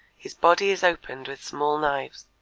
his body is opened with small knives,